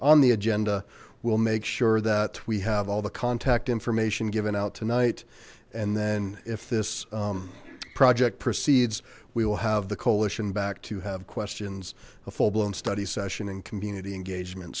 on the agenda we'll make sure that we have all the contact information given out tonight and then if this project proceeds we will have the coalition back to have questions a full blown study session and community engagement